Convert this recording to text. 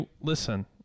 listen